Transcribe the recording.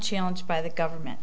challenged by the government